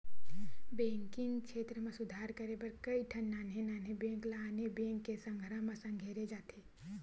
banking छेत्र म सुधार करे बर कइठन नान्हे नान्हे बेंक ल आने बेंक के संघरा म संघेरे जाथे